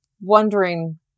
wondering